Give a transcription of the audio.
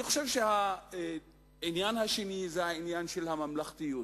העניין השני זה הממלכתיות.